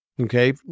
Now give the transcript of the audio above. okay